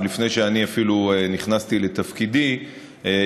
עוד לפני שאני נכנסתי לתפקידי אפילו,